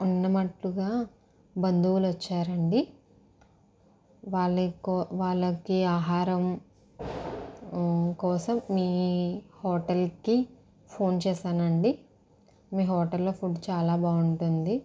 ఉన్నమట్టుగా బంధువులు వచ్చారండి వాళ్లకో వాళ్లకి ఆహారం కోసం మీ హోటల్కి ఫోన్ చేసానండి మీ హోటల్లో ఫుడ్ చాలా బాగుంటుంది